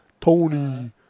Tony